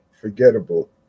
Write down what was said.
forgettable